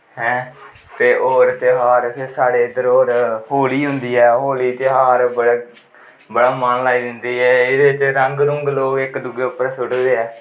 ते होर तेहार फिर साढ़े इद्धर होर होली होंदी ऐ होली दा तेहार बड़ा मन लाई दिंदी ऐ एह्दे च रंग रूंग लोक इक दुऐ उप्पर सुटदे ऐ